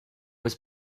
was